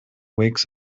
wakes